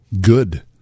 good